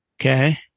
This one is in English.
Okay